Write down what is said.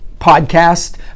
podcast